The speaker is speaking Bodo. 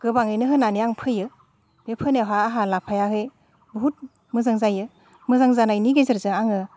गोबाङैनो होनानै आं फोयो बे फोनायावहा आंहा लाफायाहै बुहुद मोजां जायो मोजां जानायनि गेजेरजों आङो